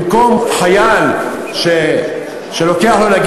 במקום חייל שלוקח לו לספר,